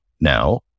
now